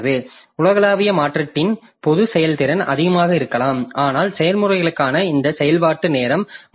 உலகளாவிய மாற்றீட்டின் போது செயல்திறன் அதிகமாக இருக்கலாம் ஆனால் செயல்முறைகளுக்கான இந்த செயல்பாட்டு நேரம் மாறுபடலாம்